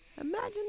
imagine